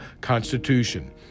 Constitution